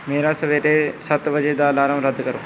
ਮੇਰਾ ਸਵੇਰੇ ਸੱਤ ਵਜੇ ਦਾ ਅਲਾਰਮ ਰੱਦ ਕਰੋ